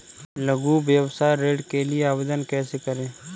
लघु व्यवसाय ऋण के लिए आवेदन कैसे करें?